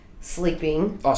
sleeping